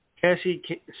Cassie